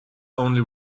only